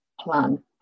plan